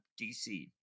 DC